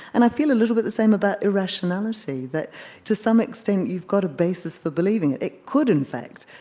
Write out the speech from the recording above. and i feel a little bit the same about irrationality, that to some extent you've got a basis for believing it. it could, in fact,